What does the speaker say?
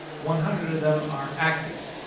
one hundred of them are active.